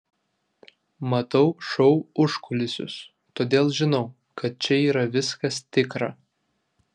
matau šou užkulisius todėl žinau kad čia yra viskas tikra